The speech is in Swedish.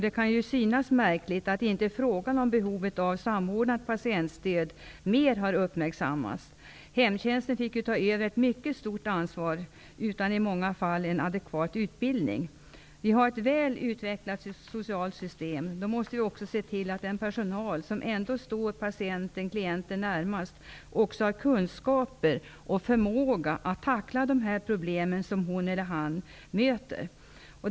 Det kan synas märkligt att behovet av samordnat patientstöd inte har uppmärksammats mer. Hemtjänsten fick ju ta över ett mycket stort ansvar, ofta utan att personalen hade adekvat utbildning. Vi har ett väl utvecklat socialt system, och då måste vi se till att den personal som står patienten/klienten närmast också har kunskaper och förmåga att tackla de problem som hon eller han möter.